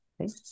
Okay